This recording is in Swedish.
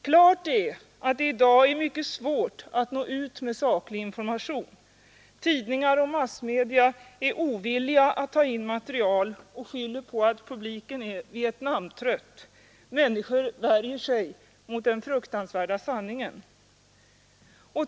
Klart är att det i dag är mycket svårt att nå ut med saklig information — tidningar och massmedia är ovilliga att ta in material och skyller på att publiken är ”Vietnamtrött”, människor värjer sig mot den fruktansvärda sanningen.